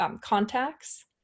contacts